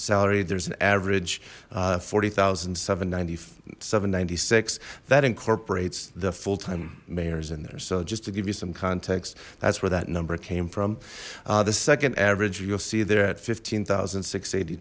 salary there's an average forty thousand seven ninety seven ninety six that incorporates the full time mayor's in there so just to give you some context that's where that number came from the second average you'll see there at fifteen thousand six eighty